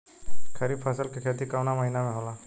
खरीफ फसल के खेती कवना महीना में होला?